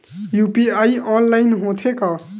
UPI online होथे का?